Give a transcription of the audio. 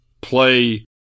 Play